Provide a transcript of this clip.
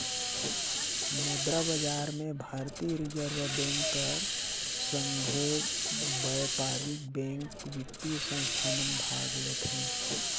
मुद्रा बजार में भारतीय रिजर्व बेंक कर संघे बयपारिक बेंक, बित्तीय संस्था मन भाग लेथें